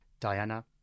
Diana